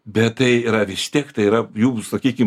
bet tai yra vis tiek tai yra jų sakykim